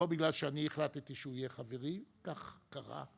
לא בגלל שאני החלטתי שהוא יהיה חברי, כך קרה.